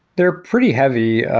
they're pretty heavy.